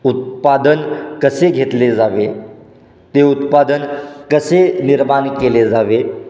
उत्पादन कसे घेतले जावे ते उत्पादन कसे निर्माण केले जावे